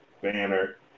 banner